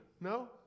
no